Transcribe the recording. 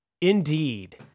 Indeed